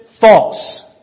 false